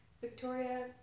Victoria